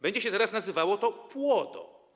Będzie się teraz nazywało to UODO.